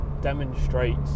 demonstrates